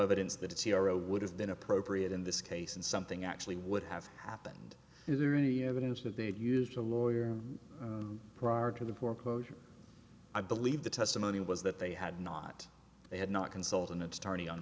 evidence that it's hero would have been appropriate in this case and something actually would have happened is there any evidence that the usual lawyer prior to the poor closure i believe the testimony was that they had not they had not consult an attorney on